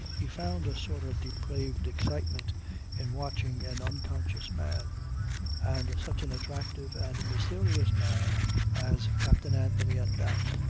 he found a sort of depraved excitement in watching an unconscious man and such an attractive and mysterious man as captain anthony at that.